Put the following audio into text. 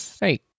Hey